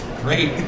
Great